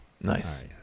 nice